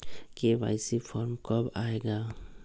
KYC form कब आए गा?